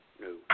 no